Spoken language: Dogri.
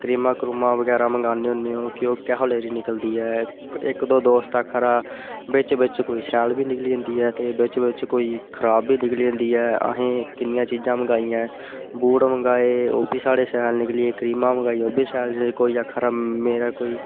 करीमा बगैरा मंगोआन्ने होन्ने ओह् केहो जनेह् निकलदी ऐ इक दो दोस्त आखै दा बिच बिच कोई शैल बी निकली जंदी ऐ ते बिच बिच कोई खराब बी निकली जंदी ऐ असें किन्निया चीजां मंगोआई ऐ बूट मंगाए ओह्बी साढ़े शैल निकली गे करीमा मंगोआइयां ओह् बी शैल निकली कोई आखै दा मेरा कोई